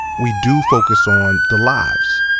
we do focus on the lives,